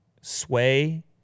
Sway